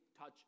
touch